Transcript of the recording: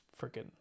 freaking